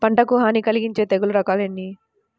పంటకు హాని కలిగించే తెగుళ్ళ రకాలు ఎన్ని?